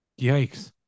Yikes